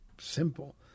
simple